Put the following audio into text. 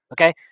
okay